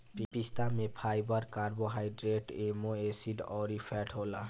पिस्ता में fibre, carbohydrate, amino acid अउरी फैट होला